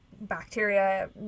Bacteria